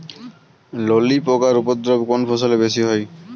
ললি পোকার উপদ্রব কোন ফসলে বেশি হয়?